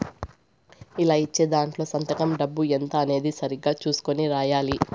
ఇలా ఇచ్చే దాంట్లో సంతకం డబ్బు ఎంత అనేది సరిగ్గా చుసుకొని రాయాలి